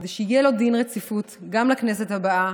כדי שיהיה לו דין רציפות גם לכנסת הבאה,